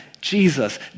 Jesus